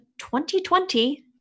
2020